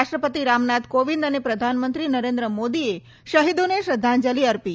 રાષ્ટ્રપતિ રામનાથ કોવિંદ અને પ્રધાનમંત્રી નરેન્દ્ર મોદીએ શહીદોને શ્રધ્ધાંજલી અર્પી